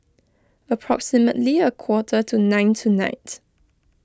approximately a quarter to nine tonight